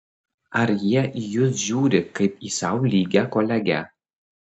ar jie į jus žiūri kaip į sau lygią kolegę